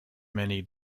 many